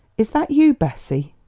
is that you, bessie?